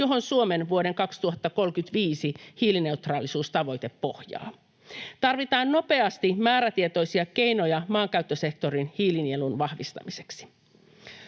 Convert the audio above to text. johon Suomen vuoden 2035 hiilineutraalisuustavoite pohjaa. Tarvitaan nopeasti määrätietoisia keinoja maankäyttösektorin hiilinielun vahvistamiseksi.